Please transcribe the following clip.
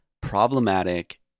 problematic